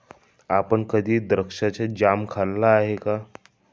आपण कधी द्राक्षाचा जॅम खाल्ला आहे का?